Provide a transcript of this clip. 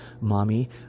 mommy